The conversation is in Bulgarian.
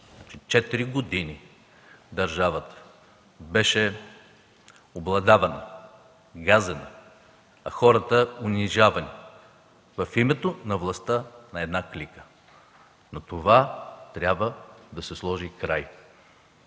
четири години държавата беше обладавана, газена, а хората унижавани в името на властта на една клика. На това трябва да се сложи край.